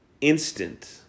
instant